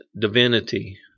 divinity